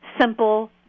simple